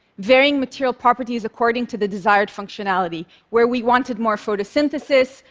varying material properties according to the desired functionality. where we wanted more photosynthesis,